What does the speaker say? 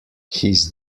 his